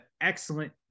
excellent